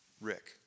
Rick